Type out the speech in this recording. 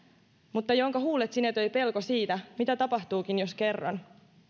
mutta jonka huulet sinetöi pelko siitä mitä tapahtuukin jos kerron